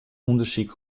ûndersyk